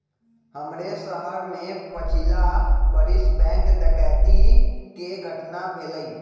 हमरे शहर में पछिला बरिस बैंक डकैती कें घटना भेलइ